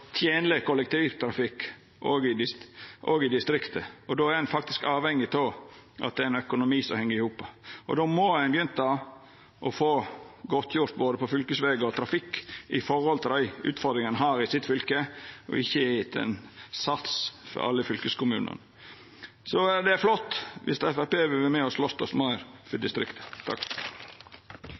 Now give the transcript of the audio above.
tenleg kollektivtrafikk, òg i distriktet. Då er ein faktisk avhengig av at det er ein økonomi som heng i hop, og då må ein begynna med å få godtgjort på både fylkesveg og trafikk med tanke på dei utfordringane ein har i sitt fylke, og ikkje etter ein sats for alle fylkeskommunane. Det er flott viss Framstegspartiet òg vil vera med og slåst meir for